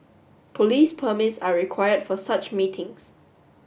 police permits are required for such meetings